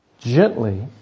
Gently